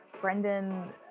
brendan